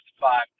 five